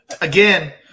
Again